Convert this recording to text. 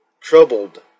troubled